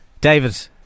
David